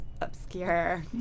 obscure